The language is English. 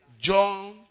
John